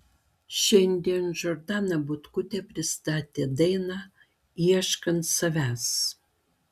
šiandien džordana butkutė pristatė dainą ieškant savęs